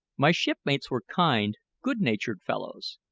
my shipmates were kind, good-natured fellows,